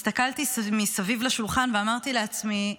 הסתכלתי מסביב לשולחן ואמרתי לעצמי: